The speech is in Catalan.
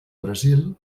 brasil